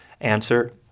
Answer